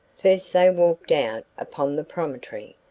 first they walked out upon the promontory,